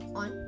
on